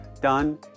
done